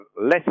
less